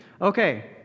Okay